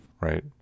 right